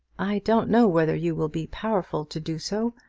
i don't know whether you will be powerful to do so,